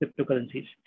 cryptocurrencies